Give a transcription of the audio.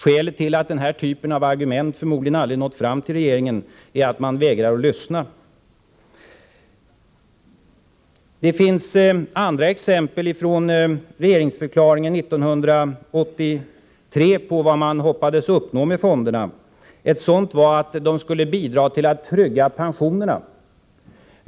Skälet till att den här typen av argument förmodligen aldrig nått fram till regeringen är att man vägrar att lyssna. Det finns andra exempel i regeringsförklaringen av år 1983 på vad man hoppades uppnå med fonderna. Ett sådant exempel var att de skulle bidra till att trygga pensionerna.